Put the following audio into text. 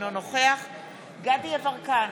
אינו נוכח דסטה גדי יברקן,